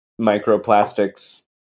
microplastics